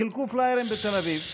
חילקו פליירים בתל אביב.